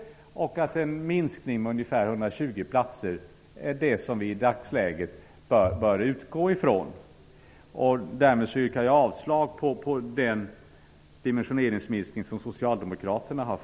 En minskning med ungefär 120 platser är en nivå som vi i dagsläget bör utgå från. Därmed yrkar jag avslag på socialdemokraternas förslag till dimensioneringsminskning.